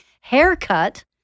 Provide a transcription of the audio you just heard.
haircut